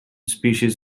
species